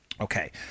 Okay